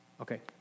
Okay